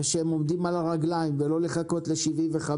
וכאשר הם עומדים על הרגליים ולא לחכות לגיל 75